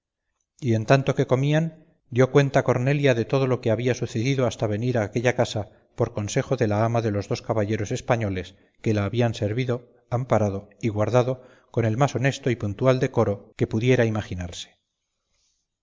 y en tanto que comían dio cuenta cornelia de todo lo que le había sucedido hasta venir a aquella casa por consejo de la ama de los dos caballeros españoles que la habían servido amparado y guardado con el más honesto y puntual decoro que pudiera imaginarse